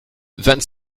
vingt